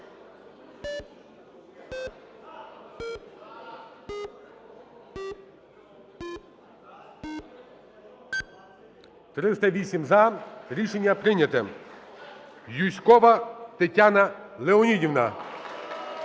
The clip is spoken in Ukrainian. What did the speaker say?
За-308 Рішення прийнято. Юзькова Тетяна Леонідівна.